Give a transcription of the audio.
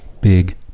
big